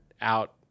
out